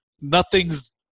nothing's